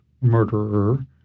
murderer